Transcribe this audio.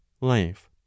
life